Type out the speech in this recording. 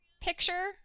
picture